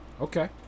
okay